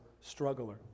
struggler